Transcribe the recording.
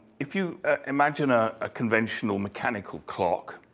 if you imagine a ah conventional mechanical clock,